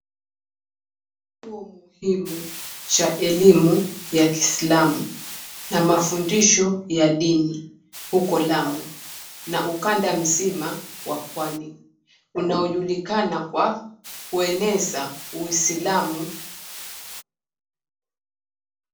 Kituo muhimu cha elimu ya Kiislamu na mafundisho ya dini huko Lamu na ukanda mzima wa pwani unaojulikana kwa kueneza uislamu.